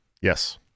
Yes